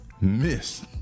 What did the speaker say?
miss